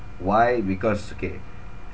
why because okay